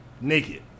naked